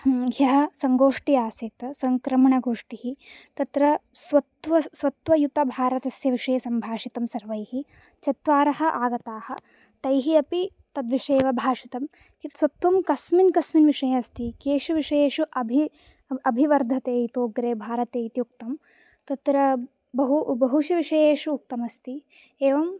ह्यः सङ्गोष्ठी आसीत् सङ्क्रमणगोष्ठिः तत्र स्वत्वयुतभारतस्य विषये सम्भाषितं सर्वैः चत्वारः आगताः तैः अपि तद्विषये एव भाषितम् स्वत्वं कस्मिन् कस्मिन् विषये अस्ति केषु विषयेषु अभि अभिवर्धते इतोपि भारते इति उक्तं तत्र बहुषु विषयेषु उक्तमस्ति एवम्